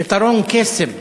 פתרון קסם.